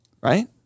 Right